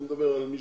אני מדבר על מי